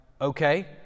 okay